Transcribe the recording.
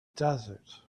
desert